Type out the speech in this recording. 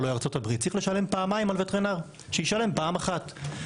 לארה"ב צריך לשלם פעמיים על וטרינר שישלם פעם אחת.